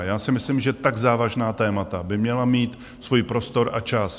Já si myslím, že tak závažná témata by měla mít svůj prostor a čas.